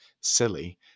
silly